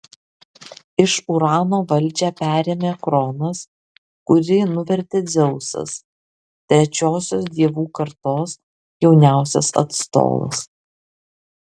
iš urano valdžią perėmė kronas kurį nuvertė dzeusas trečiosios dievų kartos jauniausias atstovas